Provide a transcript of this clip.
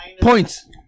Points